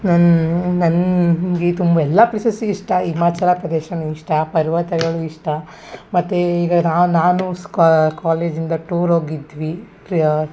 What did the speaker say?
ನನ್ ನನಗೆ ತುಂಬ ಎಲ್ಲ ಪ್ಲೇಸಸ್ ಇಷ್ಟ ಹಿಮಾಚಲ ಪ್ರದೇಶವೂ ಇಷ್ಟ ಪರ್ವತಗಳು ಇಷ್ಟ ಮತ್ತು ಈಗ ನಾವು ನಾನು ಸ್ಕಾ ಕಾಲೇಜಿಂದ ಟೂರ್ ಹೋಗಿದ್ವಿ ಟ್ರಿಯ